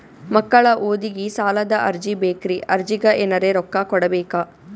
ಮಕ್ಕಳ ಓದಿಗಿ ಸಾಲದ ಅರ್ಜಿ ಬೇಕ್ರಿ ಅರ್ಜಿಗ ಎನರೆ ರೊಕ್ಕ ಕೊಡಬೇಕಾ?